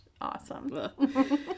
Awesome